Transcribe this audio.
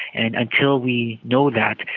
and until we know that,